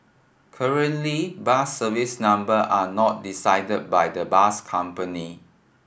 currently bus service number are not decided by the bus company